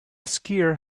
skier